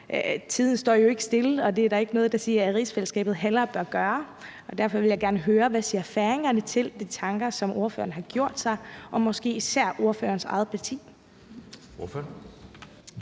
Tiden står jo ikke stille, og det er der heller ikke nogen der siger at rigsfællesskabet bør gøre, og derfor vil jeg gerne høre, hvad færingerne siger til de tanker, som ordføreren har gjort sig, og måske især ordførerens eget parti.